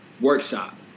workshop